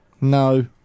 No